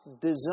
design